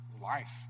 life